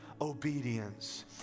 obedience